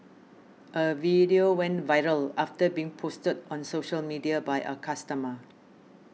a video went viral after being posted on social media by a customer